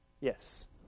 Yes